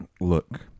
look